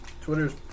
Twitter's